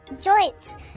joints